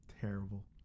terrible